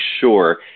sure